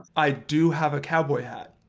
i do have a cowboy hat,